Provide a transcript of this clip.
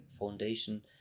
foundation